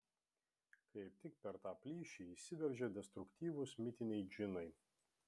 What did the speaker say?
kaip tik per tą plyšį įsiveržia destruktyvūs mitiniai džinai